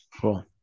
Cool